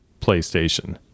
PlayStation